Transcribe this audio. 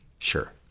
sure